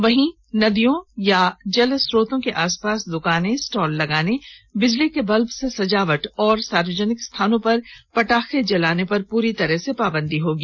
वहीं नदियों अथवा जल स्रोतों के आसपास दकान स्टॉल लगाने बिजली के बल्बों से सजावट करने और सार्वजनिक स्थानों पर पटाखे जलाने पर पूरी तरह से पाबंदी होगी